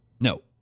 No